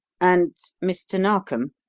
and, mr. narkom!